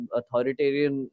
authoritarian